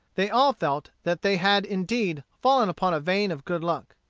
they all felt that they had indeed fallen upon a vein of good luck.